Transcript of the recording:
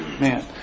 man